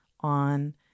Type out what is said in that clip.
on